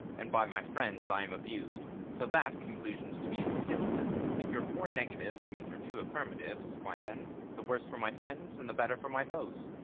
and by my friends i am abus'd so that, conclusions to be as kisses, if your four negatives make your two affirmatives, why, then the worse for my friends and the better for my foes.